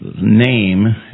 name